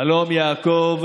חלום יעקב,